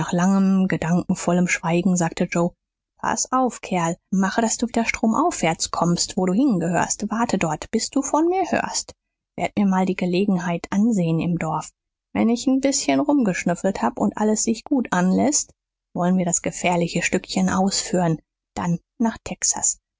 langem gedankenvollen schweigen sagte joe paß auf kerl mache daß du wieder stromaufwärts kommst wo du hingehörst warte dort bis du von mir hörst werd mir mal die gelegenheit ansehen im dorf wenn ich n bißchen rumgeschnüffelt hab und alles sich gut anläßt wolln wir das gefährliche stückchen ausführen dann nach texas